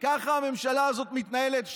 ככה הממשלה הזאת מתנהלת,